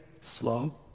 slow